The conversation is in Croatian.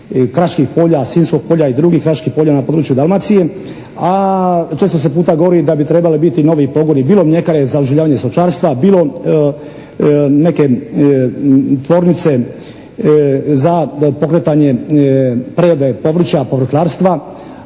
kraških polja, Sinjskog polja i drugih kraških polja na području Dalmacije, a često se puta govori da bi trebali biti i novi pogoni, bilo mljekare za oživljavanje stočarstva, bilo neke tvornice za pokretanje prerade povrća, povrtlarstva,